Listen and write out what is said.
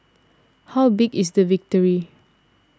how big is the victory